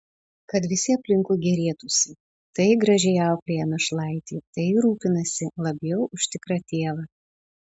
kad visi aplinkui gėrėtųsi tai gražiai auklėja našlaitį tai rūpinasi labiau už tikrą tėvą